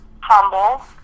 humble